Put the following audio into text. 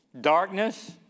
Darkness